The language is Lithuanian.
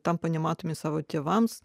tampa nematomi savo tėvams